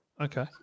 Okay